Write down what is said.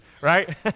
right